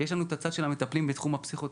יש לנו את הצד של המטפלים בתחום הפסיכותרפיה.